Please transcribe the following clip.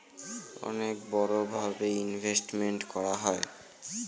অনেক বড়ো ভাবে ইনভেস্টমেন্ট করা হয়